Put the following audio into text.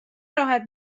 راحت